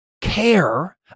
care